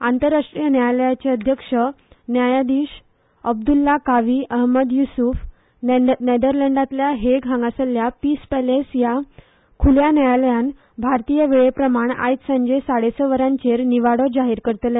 आंतरराष्ट्रीय न्यायालयाचे अध्यक्ष न्यायाधिश अब्दुल कावी अहमद युसुफ नेदरलँडातल्या हेग हांगासल्या पीस पॅलेस ह्या खुल्या न्यायालयात भारतीय वेळेप्रमाण आयज सांजे साडे स वरांचेर निवाडो जाहीर करतले